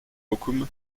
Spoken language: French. mokoum